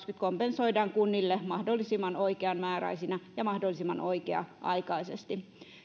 kompensoidaan kunnille mahdollisimman oikean määräisinä ja mahdollisimman oikea aikaisesti